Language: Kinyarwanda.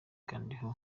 kandiho